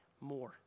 more